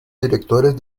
directores